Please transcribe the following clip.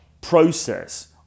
process